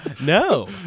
No